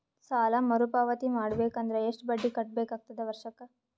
ಸಾಲಾ ಮರು ಪಾವತಿ ಮಾಡಬೇಕು ಅಂದ್ರ ಎಷ್ಟ ಬಡ್ಡಿ ಕಟ್ಟಬೇಕಾಗತದ ವರ್ಷಕ್ಕ?